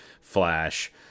flash